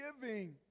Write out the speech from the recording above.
giving